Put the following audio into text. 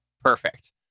Perfect